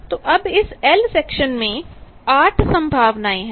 तो अब इस L सेक्शन में 8 ऐसी संभावनाएं है